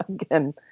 Again